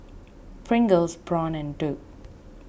Pringles Braun and Doux